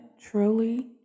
truly